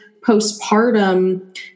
postpartum